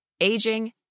aging